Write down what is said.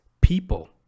people